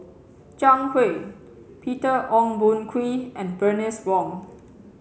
Zhang Hui Peter Ong Boon Kwee and Bernice Wong